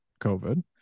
COVID